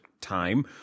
Time